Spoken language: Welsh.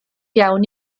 iawn